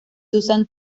susan